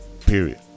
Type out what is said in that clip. Period